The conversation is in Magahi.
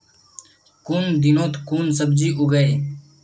कुन दिनोत कुन सब्जी उगेई?